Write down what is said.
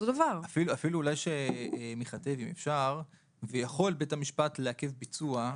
אולי נאמר שיכול בית המשפט לעכב ביצוע.